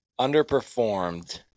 Underperformed